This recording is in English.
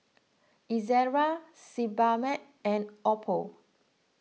Ezerra Sebamed and Oppo